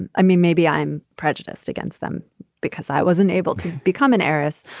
and i mean, maybe i'm prejudiced against them because i wasn't able to become an heiress